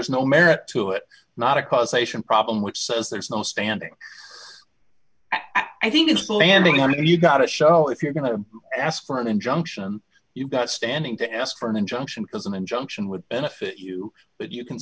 's no merit to it not a causation problem which says there is no standing i think it's the landing i mean you've got to show if you're going to ask for an injunction you've got standing to ask for an injunction because an injunction would benefit you but you can